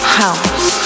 house